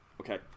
Okay